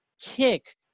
kick